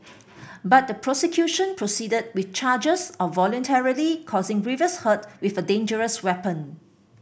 but the prosecution proceeded with charges of voluntarily causing grievous hurt with a dangerous weapon